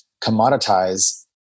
commoditize